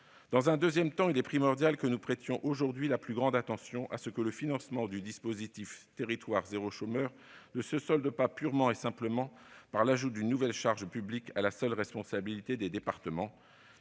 Par ailleurs, il est primordial que nous prêtions aujourd'hui la plus grande attention à ce que le financement du dispositif « territoires zéro chômeur de longue durée » ne se solde pas purement et simplement par l'ajout d'une nouvelle charge publique relevant de la seule responsabilité des départements.